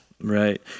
Right